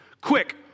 Quick